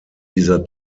dieser